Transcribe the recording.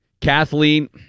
Kathleen